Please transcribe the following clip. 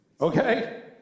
Okay